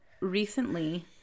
recently